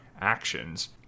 actions